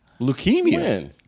Leukemia